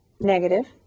negative